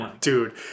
Dude